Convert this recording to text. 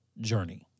journey